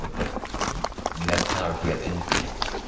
but but you you have power if you have influence.